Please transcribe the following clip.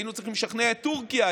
היינו צריכים לשכנע את טורקיה,